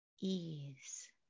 Ease